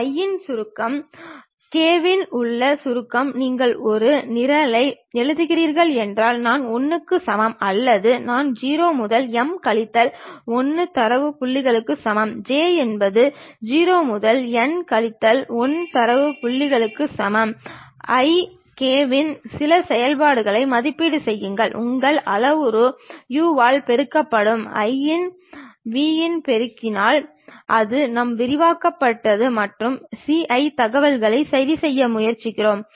I இல் சுருக்கம் k இல் உள்ள சுருக்கம் நீங்கள் ஒரு நிரலை எழுதுகிறீர்கள் என்றால் நான் 1 க்கு சமம் அல்லது நான் 0 முதல் m கழித்தல் 1 தரவு புள்ளிகளுக்கு சமம் j என்பது 0 முதல் n கழித்தல் 1 தரவு புள்ளிகளுக்கு சமம் i கமா k இன் சில செயல்பாடுகளை மதிப்பீடு செய்யுங்கள் உங்கள் அளவுரு u ஆல் பெருக்கப்படும் i இன் v இன் பெருக்கினால் அது நாம் விரிவுபடுத்தும் மற்றும் c i தகவல்களை சரிசெய்ய முயற்சிக்கிறோம்